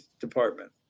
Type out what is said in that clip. department